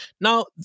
Now